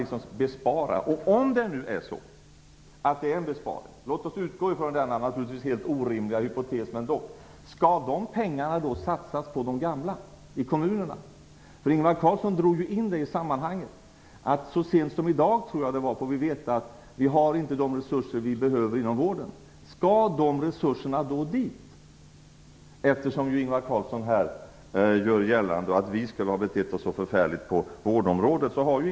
Om det nu skulle vara så, att det skulle utgöra en besparing - låt oss utgå från denna naturligtvis helt orimliga hypotes - undrar jag om dessa pengar i kommunerna skall satsas på de gamla? Ingvar Carlsson drog ju in deras situation i sammanhanget. Han sade att vi så sent som i dag får veta att vi inte har de resurser som behövs inom vården. Skall resurserna då dit? Ingvar Carlsson gör ju här gällande att vi i kds skulle ha betett oss så förfärligt när det gäller vården.